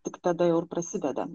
tik tada jau ir prasideda